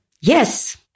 Yes